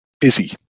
busy